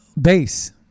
base